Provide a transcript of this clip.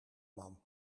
man